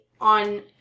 on